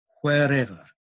wherever